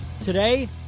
Today